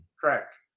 Correct